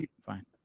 Fine